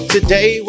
Today